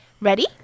Ready